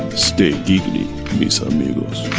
stay dvd me some noodles